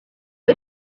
rez